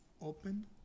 open